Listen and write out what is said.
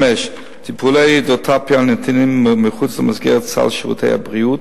טיפולי הידרותרפיה הניתנים מחוץ למסגרת סל שירותי הבריאות,